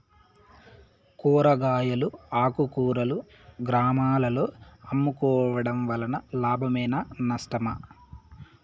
కూరగాయలు ఆకుకూరలు గ్రామాలలో అమ్ముకోవడం వలన లాభమేనా నష్టమా?